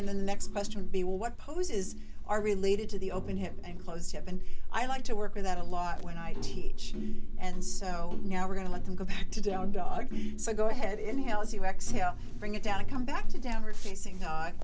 and the next question would be well what poses are related to the open him and closed hip and i like to work with that a lot when i teach and so now we're going to let them go back to down dog so go ahead inhale as you exhale bring it down to come back to downward facing